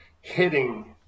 Hitting